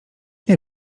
nie